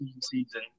season